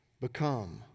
become